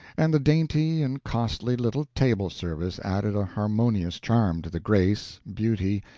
and the dainty and costly little table service added a harmonious charm to the grace, beauty,